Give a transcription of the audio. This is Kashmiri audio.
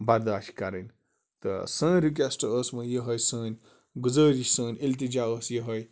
برداش کَرٕنۍ تہٕ سٲنۍ رِکوٮ۪سٹ ٲسۍ وۄنۍ یِہوٚے سٲنۍ گُزٲرِش سٲنۍ اِلتِجا ٲس یِہوٚے